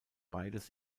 beides